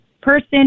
person